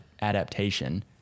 adaptation